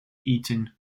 eaten